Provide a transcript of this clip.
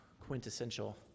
quintessential